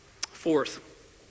Fourth